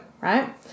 right